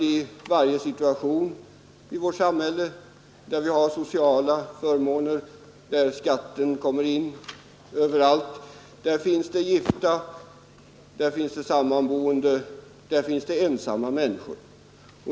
I varje situation i vårt samhälle där vi har sociala förmåner och där skatten kommer in över allt, där finns det gifta människor, det finns sammanboende och det finns ensamma människor.